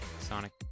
Sonic